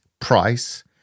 price